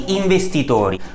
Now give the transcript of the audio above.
investitori